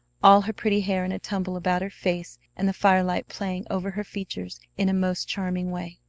all her pretty hair in a tumble about her face and the firelight playing over her features in a most charming way.